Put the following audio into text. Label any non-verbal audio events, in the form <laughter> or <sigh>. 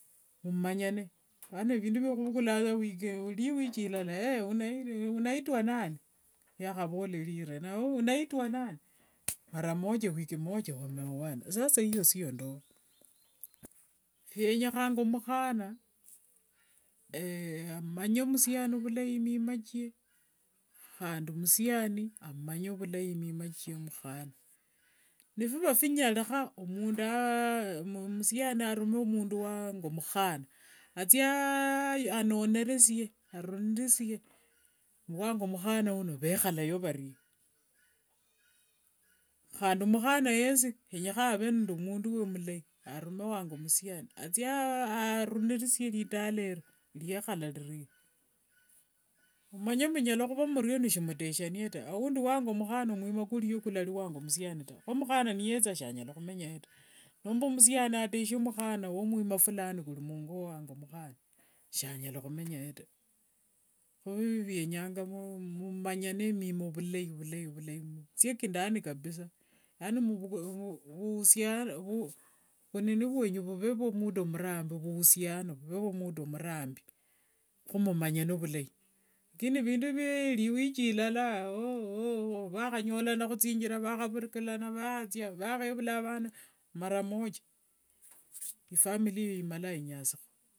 Mumanyane apana vindu vwakhuvukulasa liwithi lala, unaitua nani? Ykhavola lira, nawe unaitua nani? Mara moja wiki moja wameoana. Sasa hiyo sio ndoa. <noise> Phienyekhana mukhana <hesitation> amanye musiani vilai mima chie handi musiani amanye vilai vima chia mukhana. Nifiva finyalikha, <hesitation> arume mundu ngamukhana. Athie anoneresie <unintelligible> wavumukhana uno vekhalayo varie. Handi mukhana yesi kenyekha ave nende mundu womulai arume wangamisiani. Thie arundisie litala elio liekhala lirie. Mumanye mbu munyala khuva murio nisimuteshiana ta, aundi wavumukhana mwima kulio kwalali wavumusiani ta. Kho mukhana niyetha sanyala khumenyayo ta. Nomba musiani ateshie mukhana womwima fulani kuli mungo mwavumukhana, shanyala khumenyayo ta. Kho vyenyanga <hesitation> mumanyane vima ovulai vulai, shiethi ndani kabisa. <unintelligible> Vunini vyenyu muvee vwa muda mrambi vukhusiano vuve vwa muda murambi. Khimumanyane vulai lakini vindu vya liwithi lala oh oh oh wakhanyola khuthinthira vakhavurulana wakhathia vakhevula vana mara moja, ifamilia hiyo imalanga inyasukha.